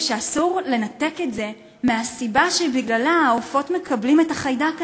שאסור לנתק את זה מהסיבה שבגללה העופות מקבלים את החיידק הזה: